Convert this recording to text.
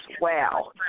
Wow